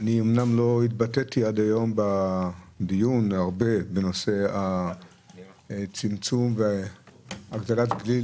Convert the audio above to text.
אני אמנם לא התבטאתי עד היום בדיון בנושא צמצום והגדלת גיל